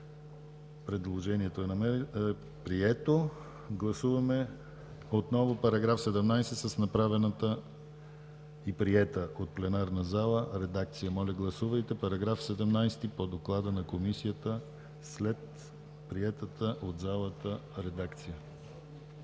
Предложението е прието. Гласуваме отново § 17 с направената и приета от пленарната зала редакция. Моля, гласувайте § 17 по доклада на Комисията, след приетата от залата редакция.